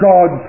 God